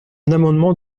amendement